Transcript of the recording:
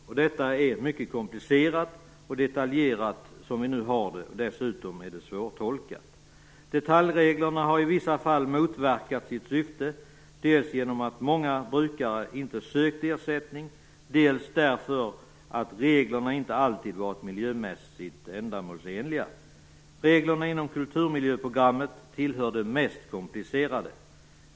Det system som nu gäller är mycket komplicerat och detaljerat. Dessutom är det svårtolkat. Detaljreglerna har i vissa fall motverkat sitt syfte, dels genom att många jordbrukare inte har sökt ersättning, dels därför att reglerna inte alltid har varit miljömässigt ändamålsenliga. Reglerna inom kulturmiljöprogrammet hör till de mest komplicerade.